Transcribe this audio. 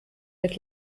mit